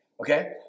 Okay